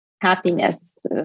happiness